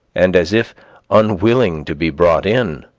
and as if unwilling to be brought in.